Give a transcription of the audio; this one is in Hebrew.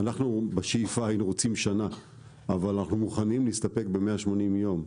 בשאיפה היינו רוצים שנה אבל אנחנו מוכנים להסתפק ב-180 ימים.